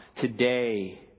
today